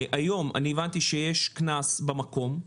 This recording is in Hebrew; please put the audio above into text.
היום אני הבנתי שיש קנס במקום,